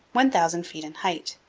one thousand feet in height.